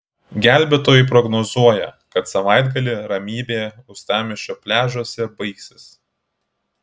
gelbėtojai prognozuoja kad savaitgalį ramybė uostamiesčio pliažuose baigsis